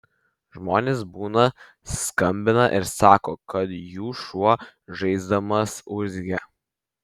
žmonės būna skambina ir sako kad jų šuo žaisdamas urzgia